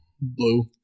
Blue